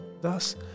Thus